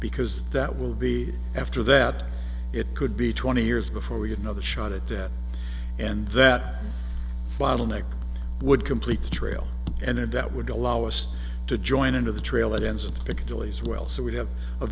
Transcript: because that will be after that it could be twenty years before we get another shot at that and that bottleneck would complete the trail and that would allow us to join into the trail ends of piccadilly as well so we have a